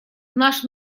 наш